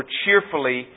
cheerfully